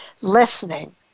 listening